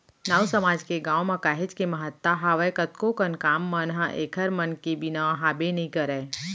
नाऊ समाज के गाँव म काहेच के महत्ता हावय कतको कन काम मन ह ऐखर मन के बिना हाबे नइ करय